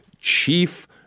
chief